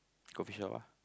coffeeshop ah